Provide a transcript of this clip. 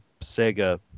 sega